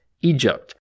Egypt